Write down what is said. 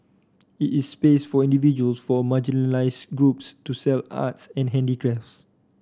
it is space for individuals form marginalised groups to sell arts and handicrafts